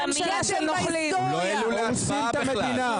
--- מי בעד הצעת החוק?